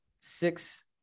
six